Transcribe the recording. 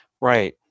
Right